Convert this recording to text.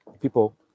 people